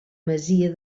masia